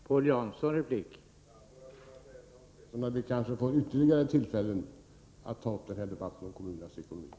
Herr talman! Jag skall säga till Hans Petersson i Hallstahammar att vi kanske får ytterligare tillfällen att ta upp debatten om kommunernas ekonomi.